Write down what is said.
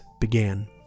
began